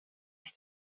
sich